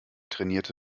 trainierte